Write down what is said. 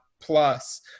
plus